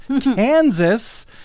Kansas